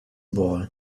ball